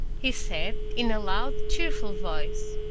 he said, in a loud, cheerful voice,